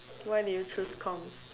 why did you choose comms